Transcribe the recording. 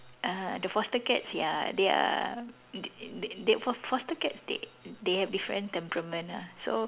uh the foster cats ya they are they they they fo~ foster cats they they have different temperament ah so